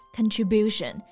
contribution